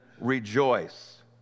rejoice